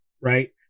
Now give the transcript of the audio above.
right